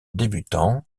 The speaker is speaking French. débutants